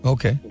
Okay